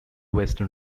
western